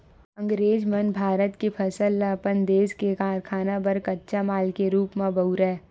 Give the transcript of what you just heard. अंगरेज मन भारत के फसल ल अपन देस के कारखाना बर कच्चा माल के रूप म बउरय